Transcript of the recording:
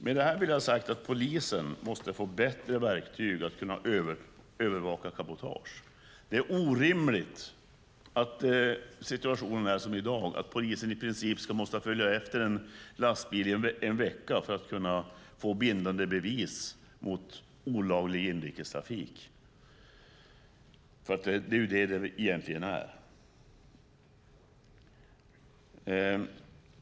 Med det här vill jag ha sagt att polisen måste få bättre verktyg att kunna övervaka cabotage. Det är orimligt att situationen är som i dag, att polisen i princip måste följa efter en lastbil i en vecka för att kunna få bindande bevis för olaglig inrikestrafik. Det är ju det som det egentligen är.